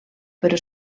però